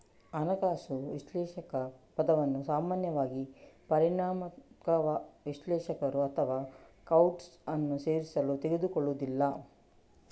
ಹಣಕಾಸು ವಿಶ್ಲೇಷಕ ಪದವನ್ನು ಸಾಮಾನ್ಯವಾಗಿ ಪರಿಮಾಣಾತ್ಮಕ ವಿಶ್ಲೇಷಕರು ಅಥವಾ ಕ್ವಾಂಟ್ಸ್ ಅನ್ನು ಸೇರಿಸಲು ತೆಗೆದುಕೊಳ್ಳುವುದಿಲ್ಲ